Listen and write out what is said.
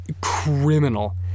Criminal